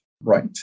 right